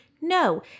No